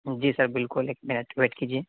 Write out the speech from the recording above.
جی sir بالکل ایک minute wait کیجیے